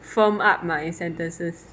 form up my sentences